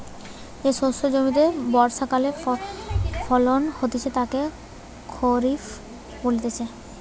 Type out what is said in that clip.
যে শস্য জমিতে বর্ষাকালে ফলন হতিছে তাকে খরিফ বলতিছে